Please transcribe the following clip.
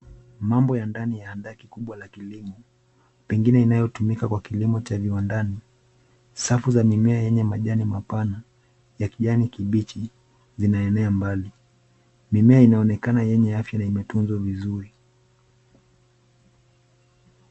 Mambo ya ndani ya handaki kubwa la kilimo, pengine inayotumika kwa kilimo cha viwandani. Safu za mimea yenye majani mapana ya kijani kibichi zinaenea mbali. Mimea inaonekana yenye afya na imetunzwa vizuri .